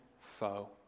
foe